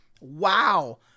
Wow